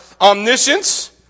omniscience